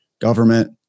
government